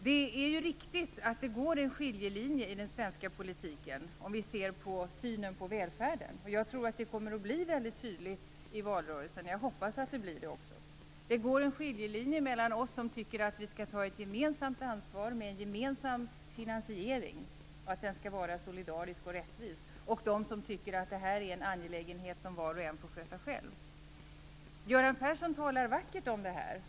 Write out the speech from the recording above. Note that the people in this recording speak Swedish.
Det är riktigt att det går en skiljelinje i den svenska politiken i synen på välfärden. Jag tror att det kommer att bli tydligt i valrörelsen. Jag hoppas att det blir så. Det går en skiljelinje mellan oss som tycker att vi skall ta ett gemensamt ansvar med en gemensam finansiering - den skall vara solidarisk och rättvis - och de som tycker att det är en angelägenhet som var och en får sköta själv. Göran Persson talar vackert om detta.